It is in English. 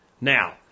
Now